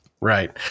right